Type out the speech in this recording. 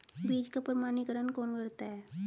बीज का प्रमाणीकरण कौन करता है?